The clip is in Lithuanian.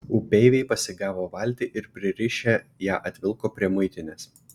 upeiviai pasigavo valtį ir pririšę ją atvilko prie muitinės